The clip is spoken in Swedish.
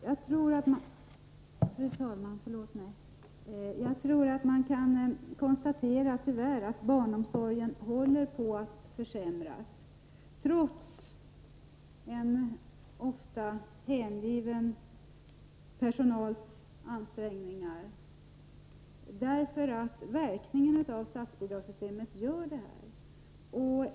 Fru talman! Jag tror att man tyvärr kan konstatera att barnomsorgen håller på att försämras — trots den ofta hängivna personalens ansträngningar — på grund av verkningarna av statsbidragssystemet.